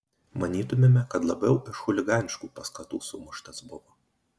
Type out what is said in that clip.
manytumėme kad labiau iš chuliganiškų paskatų sumuštas buvo